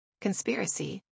Conspiracy